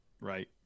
Right